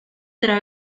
otra